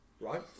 right